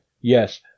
Yes